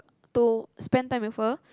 to spend time with her